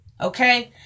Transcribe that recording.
okay